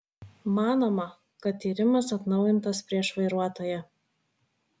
manoma kad tyrimas atnaujintas prieš vairuotoją